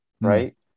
right